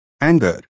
anger